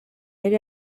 yari